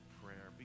prayer